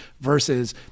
versus